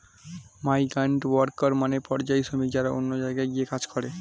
migrant worker মানে পরিযায়ী শ্রমিক যারা অন্য জায়গায় গিয়ে কাজ করে